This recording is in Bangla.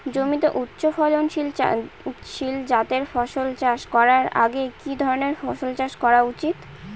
জমিতে উচ্চফলনশীল জাতের ফসল চাষ করার আগে কি ধরণের ফসল চাষ করা উচিৎ?